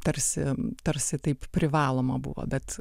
tarsi tarsi taip privaloma buvo bet